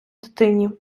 дитині